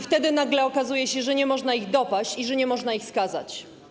Wtedy nagle okazuje się, że nie można ich dopaść i że nie można ich skazać.